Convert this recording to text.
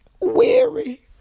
weary